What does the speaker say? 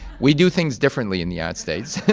we do things differently in the united states.